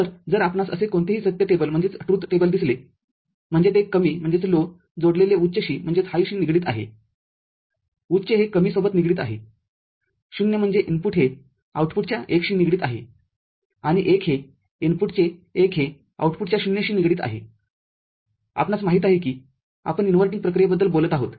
तर जर आपणास असे कोणतेही सत्य टेबल दिसले म्हणजे ते कमी जोडलेले उच्चशी निगडीत आहे उच्च हे कमीसोबत निगडीत आहे ० म्हणजे इनपुटहे आउटपुटच्या१ शी निगडीत आहे आणि १ हे इनपुटचे १ हे आउटपुटच्या ० शी निगडीत आहेआपणास माहित आहे की आपण इनव्हर्टिंगप्रक्रियेबद्दल बोलत आहोत